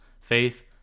faith